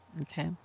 Okay